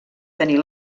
tenir